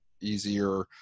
easier